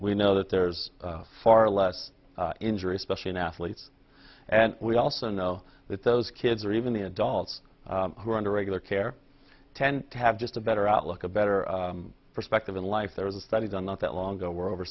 we know that there's far less injury especially in athletes and we also know that those kids or even the adults who are under regular care tend to have just a better outlook a better perspective in life there was a study done not that long ago were over